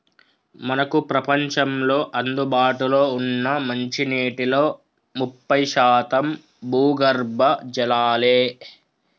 మనకు ప్రపంచంలో అందుబాటులో ఉన్న మంచినీటిలో ముప్పై శాతం భూగర్భ జలాలే